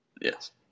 Yes